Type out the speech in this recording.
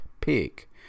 pick